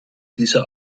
dieser